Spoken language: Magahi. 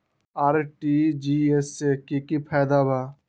आर.टी.जी.एस से की की फायदा बा?